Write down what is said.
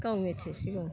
गाव मिथिसिगौ